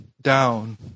down